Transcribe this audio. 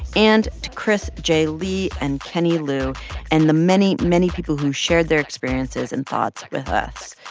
and to chris j. lee and kenny lu and the many, many people who shared their experiences and thoughts with us,